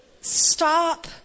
stop